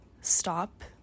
stop